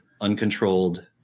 uncontrolled